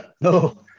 no